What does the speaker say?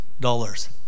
dollars